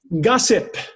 gossip